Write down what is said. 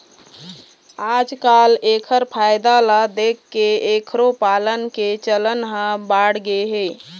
आजकाल एखर फायदा ल देखके एखरो पालन के चलन ह बाढ़गे हे